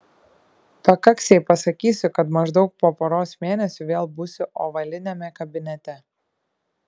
pakaks jei pasakysiu kad maždaug po poros mėnesių vėl būsiu ovaliniame kabinete